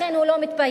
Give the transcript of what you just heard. לכן הוא לא מתבייש.